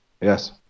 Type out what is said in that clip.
Yes